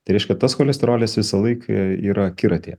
tai reiškia tas cholesterolis visą laiką yra akiratyje